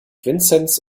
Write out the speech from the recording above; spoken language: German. vincent